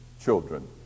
children